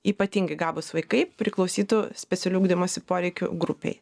ypatingai gabūs vaikai priklausytų specialių ugdymosi poreikių grupei